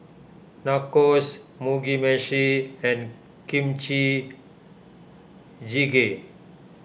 Nachos Mugi Meshi and Kimchi Jjigae